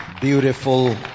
beautiful